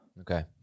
Okay